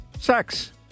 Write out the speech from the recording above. sex